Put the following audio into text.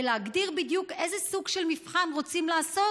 ולהגדיר בדיוק איזה סוג של מבחן רוצים לעשות,